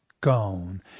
gone